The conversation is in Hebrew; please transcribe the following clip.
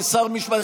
כשר משפטים,